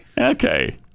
Okay